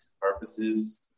purposes